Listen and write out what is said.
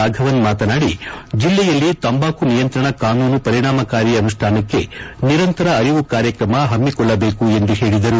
ರಾಫವನ್ ಮಾತನಾಡಿ ಜಿಲ್ಲೆಯಲ್ಲಿ ತಂಬಾಕು ನಿಯಂತ್ರಣ ಕಾನೂನು ಪರಿಣಾಮಕಾರಿ ಅನುಷ್ಟಾನಕ್ಕೆ ನಿರಂತರ ಅರಿವು ಕಾರ್ಯಕ್ರಮ ಹಮ್ಸಿಕೊಳ್ಳಬೇಕು ಎಂದು ಹೇಳಿದರು